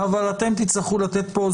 אבל אתם תצטרכו לתת פה.